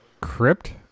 crypt